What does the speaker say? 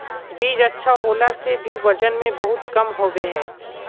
बीज अच्छा होला से भी वजन में बहुत कम होबे है?